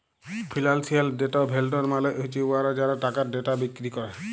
financial data vendor মালে হছে উয়ারা যারা টাকার ডেটা বিক্কিরি ক্যরে